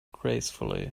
gracefully